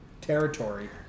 territory